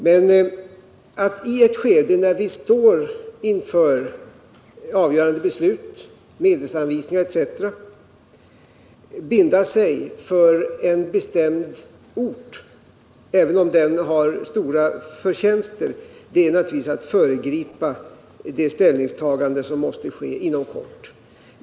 Men att i ett skede, när vi står inför avgörande beslut —- medelsanvisningar etc. — binda sig för en bestämd ort, även om den har stora förtjänster, är naturligtvis att föregripa det ställningstagande som måste ske inom kort.